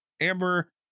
Amber